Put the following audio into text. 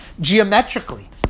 geometrically